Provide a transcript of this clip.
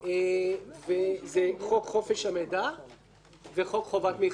חוק חופש המידע וחוק חובת מכרזים.